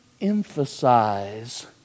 emphasize